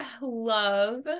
love